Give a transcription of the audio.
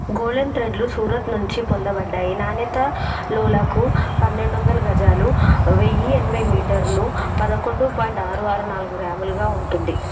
golden థ్రెడ్లు సూరత్ నుండి పొందబడ్డాయి నాణ్యత లోలాకు పన్నెండొందల గజాలు వెయ్యి ఎనభై మీటర్లు పదకొండు పాయింట్ ఆరు ఆరు నాలుగు గ్రాములుగా ఉంటుంది